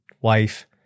wife